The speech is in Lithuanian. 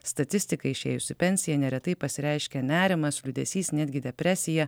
statistiką išėjus į pensiją neretai pasireiškia nerimas liūdesys netgi depresija